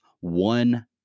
one